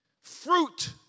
Fruit